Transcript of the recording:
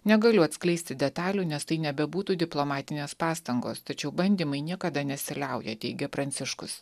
negaliu atskleisti detalių nes tai nebebūtų diplomatinės pastangos tačiau bandymai niekada nesiliauja teigia pranciškus